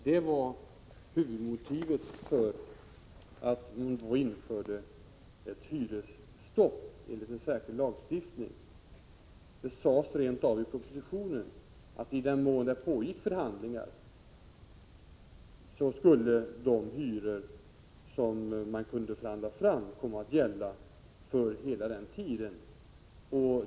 Det var huvudmotivet för att man då införde ett hyresstopp enligt en särskild lagstiftning. Det sades rent av i propositionen, att i den mån det pågick förhandlingar, skulle de hyror som man kunde förhandla fram komma att gälla för hela denna tid.